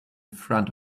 front